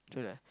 true lah